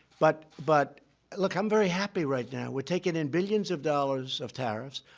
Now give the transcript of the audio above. but but look, i'm very happy right now. we're taking in billions of dollars of tariffs.